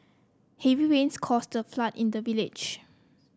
heavy rains caused a flood in the village